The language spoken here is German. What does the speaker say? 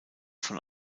von